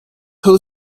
who